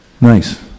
Nice